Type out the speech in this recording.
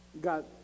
got